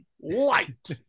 Light